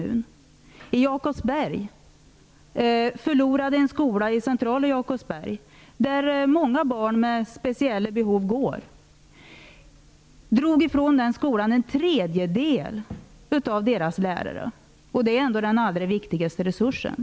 I centrala Jakobsberg har en skola med många barn som har speciella behov förlorat en tredjedel av lärarna -- vilka ändå är den allra viktigaste resursen.